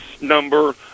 number